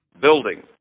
building